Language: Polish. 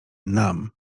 nam